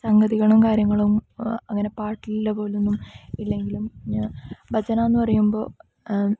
സംഗതികളും കാര്യങ്ങളുംഅങ്ങനെ പാട്ടിലെ പോലൊന്നും ഇല്ലെങ്കിലും ഭജനാ എന്നു പറയുമ്പോൾ